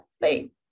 faith